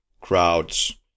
crowds